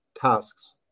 tasks